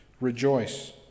Rejoice